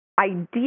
idea